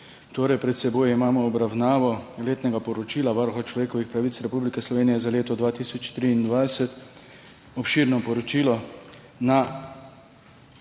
pravic! Pred seboj imamo obravnavo letnega poročila Varuha človekovih pravic Republike Slovenije za leto 2023. Obširno poročilo, na